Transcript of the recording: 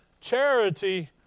Charity